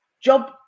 job